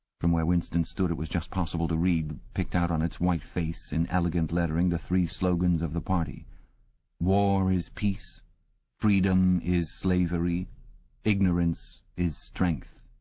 from where winston stood it was just possible to read, picked out on its white face in elegant lettering, the three slogans of the party war is peace freedom is slavery ignorance is strength